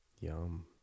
yum